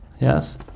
Yes